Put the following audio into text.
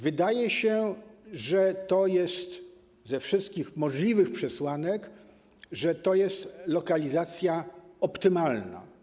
Wydaje się ze wszystkich możliwych przesłanek, że to jest lokalizacja optymalna.